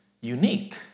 unique